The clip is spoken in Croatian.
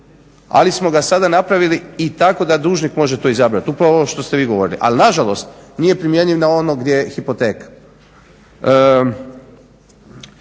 ali smo ga sada napravili tako da dužnik može to izabrati, upravo ovo što ste vi govorili. Ali nažalost nije primjenjiv na ovo gdje je hipoteka.